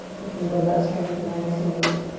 you can build that strength, nice and easy.